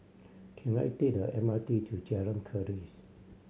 can I take the M R T to Jalan Keris